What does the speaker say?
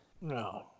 No